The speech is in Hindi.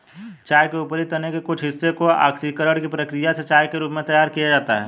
चाय के ऊपरी तने के कुछ हिस्से को ऑक्सीकरण की प्रक्रिया से चाय के रूप में तैयार किया जाता है